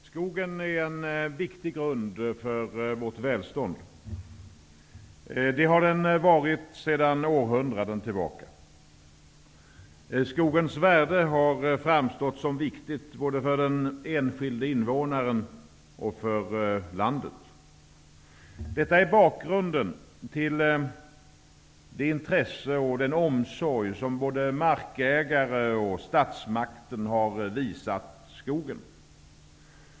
Herr talman! Skogen är en viktig grund för vårt välstånd. Det har den varit sedan århundraden tillbaka. Skogens värde har framstått som viktigt både för den enskilde invånaren och för landet. Detta är bakgrunden till det intresse och den omsorg som både markägare och statsmakt har visat skogen.